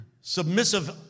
submissive